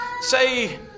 say